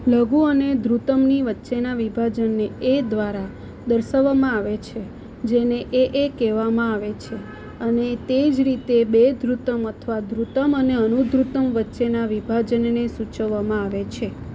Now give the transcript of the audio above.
લઘુ અને ધૃતમની વચ્ચેના વિભાજનને એ દ્વારા દર્શાવવામાં આવે છે જેને એએ કહેવામાં આવે છે અને તે જ રીતે બે ધ્રુતમ અથવા ધ્રુતમ અને અનુધ્રુતમ વચ્ચેના વિભાજનને સૂચવવામાં આવે છે